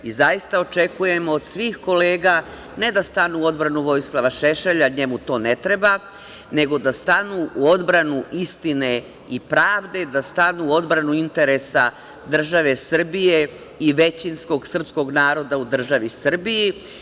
Zaista očekujem od svih kolega, ne da stanu u odbranu Vojislava Šešelja, njemu to ne treba, nego da stanu u odbranu istine i pravde, da stanu u odbranu interesa države Srbije i većinskog srpskog naroda u državi Srbiji.